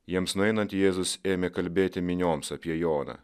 jiems nueinant jėzus ėmė kalbėti minioms apie joną